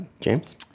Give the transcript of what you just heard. James